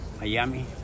miami